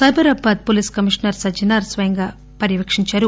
Cyberabad police commissioner Sajjanar స్వయంగా పర్యవేకించారు